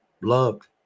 loved